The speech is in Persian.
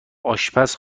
آشپز